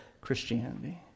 Christianity